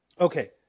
Okay